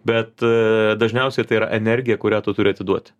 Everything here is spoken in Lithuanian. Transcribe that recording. bet dažniausiai tai yra energija kurią tu turi atiduot